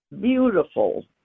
beautiful